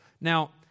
Now